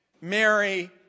Mary